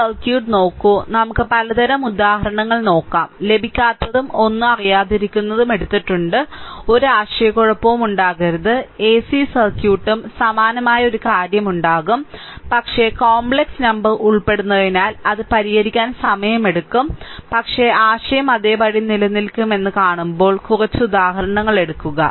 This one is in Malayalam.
ഈ സർക്യൂട്ട് നോക്കൂ നമുക്ക് പലതരം ഉദാഹരണങ്ങൾ നോക്കാം ലഭിക്കാത്തതും ഒന്നും അറിയാതിരിക്കുന്നതും എടുത്തിട്ടുണ്ട് ഒരു ആശയക്കുഴപ്പവും ഉണ്ടാകരുത് എസി സർക്യൂട്ടും സമാനമായ ഒരു കാര്യം ഉണ്ടാകും പക്ഷേ കോംപ്ലക്സ് നമ്പർ ഉൾപ്പെടുന്നതിനാൽ അത് പരിഹരിക്കാൻ സമയമെടുക്കും പക്ഷേ ആശയം അതേപടി നിലനിൽക്കുമെന്ന് കാണുമ്പോൾ കുറച്ച് ഉദാഹരണങ്ങൾ എടുക്കുക